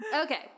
Okay